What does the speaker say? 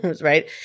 right